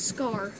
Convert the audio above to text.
Scar